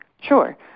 Sure